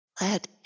Let